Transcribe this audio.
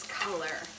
color